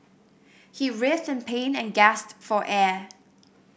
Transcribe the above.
he writhed in pain and gasped for air